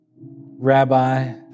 rabbi